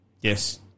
Yes